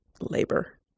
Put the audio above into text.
labor